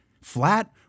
flat